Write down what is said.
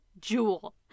Jewel